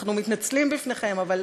אנחנו מתנצלים בפניכם, אבל